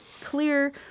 clear